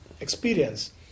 experience